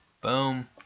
Boom